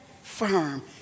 firm